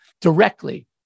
directly